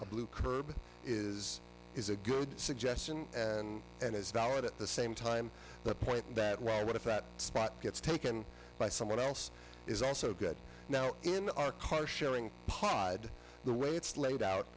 a blue curb is is a good suggestion and and it's valid at the same time the point that well what if that spot gets taken by someone else is also good now in our car sharing pod the way it's laid out